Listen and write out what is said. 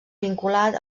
vinculat